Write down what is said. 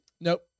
Nope